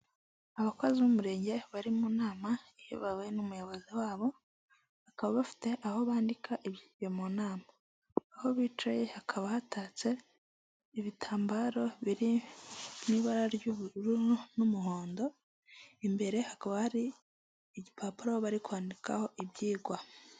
Abakozi b'umurenge bari mu nama iyo bahu n'umuyobozi wabo bakaba bafite aho bandika ibyavuye mu nama, aho bicaye hakaba hatatse ibitambaro biri n'ibara ry'ubururu n'umuhondo, imbere hakaba hari igipapuro bari kwandikaho ibyigwa.